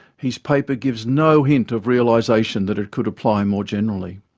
his paper gives no hint of realization that it could apply more generally.